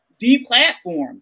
deplatformed